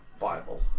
Bible